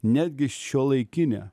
netgi šiuolaikinė